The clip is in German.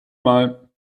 mal